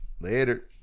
Later